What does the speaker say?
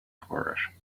flourish